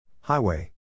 Highway